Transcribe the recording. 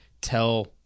tell